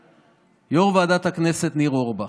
יו"ר ועדת הכנסת ניר אורבך,